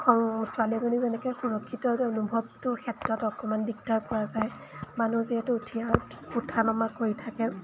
ছোৱালী এজনী যেনেকৈ সুৰক্ষিত যে অনুভৱটোৰ ক্ষেত্ৰত অকণমান দিগদাৰ পোৱা যায় মানুহ যিহেতু উঠি অহা উঠা নমা কৰি থাকে